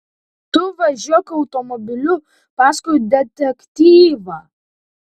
tu važiuok automobiliu paskui detektyvą